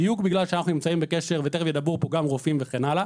בדיוק בגלל שאנחנו נמצאים בקשר ותכף ידברו כאן גם רופאים וכן הלאה,